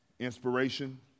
Inspiration